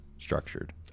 structured